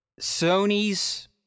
sony's